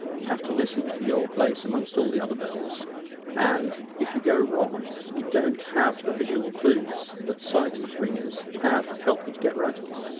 you have to listen for your place amongst all the other bells and if you go wrong you don't have the visual clues that sighted ringers have to help you to get right again.